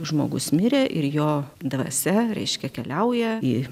žmogus mirė ir jo dvasia reiškia keliauja į